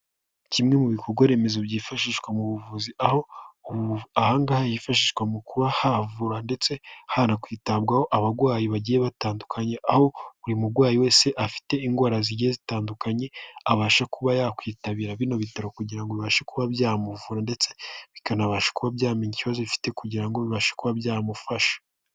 Kimwe mu bikorwa remezo byifashishwa mu buvuzi aho aha ngaha hifashishwa mu kuba havura ndetse hanakwitabwaho abarwayi bagiye batandukanye, aho buri murwayi wese afite indwara zigiye zitandukanye, abasha kuba yakwitabira bino bitaro kugira bibashe kuba byamuvura ndetse bikanabasha kuba byamenya ikibazo afite, kugira ngo bibashe kuba byamufasha.